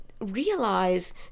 realize